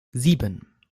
sieben